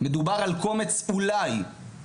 מדובר על קומץ שמעתיק,